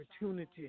opportunity